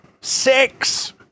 six